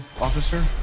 officer